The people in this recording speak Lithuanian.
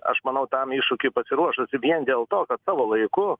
aš manau tam iššūkiui pasiruošusi vien dėl to kad savo laiku